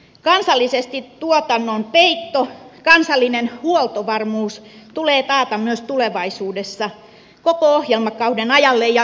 kansallisesti tuotannon peitto kansallinen huoltovarmuus tulee taata myös tulevaisuudessa koko ohjelmakauden ajalle ja ylikin